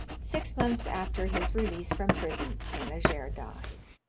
six months after his release from prison st. leger died.